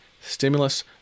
Stimulus